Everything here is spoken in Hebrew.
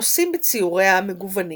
הנושאים בציוריה מגוונים